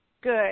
good